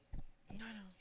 no no